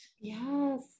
Yes